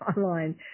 online